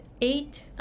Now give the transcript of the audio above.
eight